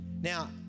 Now